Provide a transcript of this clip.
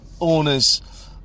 owners